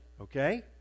okay